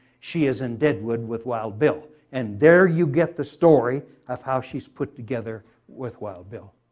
she is in deadwood with wild bill. and there you get the story of how she is put together with wild bill.